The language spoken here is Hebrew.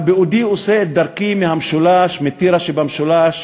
אבל בעודי עושה את דרכי מטירה שבמשולש